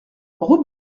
route